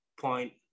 point